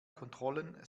kontrollen